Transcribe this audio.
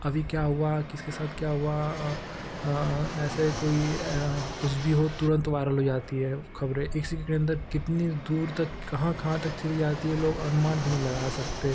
अभी क्या हुआ किसके साथ क्या हुआ ऐसा कोई कुछ भी हो तुरन्त वायरल हो जाती हैं खबरें एक सेकेण्ड के अन्दर कितनी दूर तक कहाँ कहाँ तक चली जाती हैं लोग अनुमान भी नहीं लगा सकते